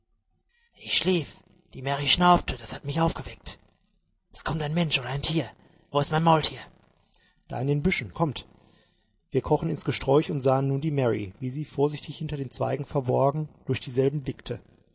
ich schlief die mary schnaubte das hat mich aufgeweckt es kommt ein mensch oder ein tier wo ist mein maultier da in den büschen kommt wir krochen ins gesträuch und sahen nun die mary wie sie vorsichtig hinter den zweigen verborgen durch dieselben blickte